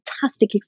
fantastic